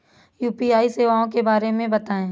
UPI सेवाओं के बारे में बताएँ?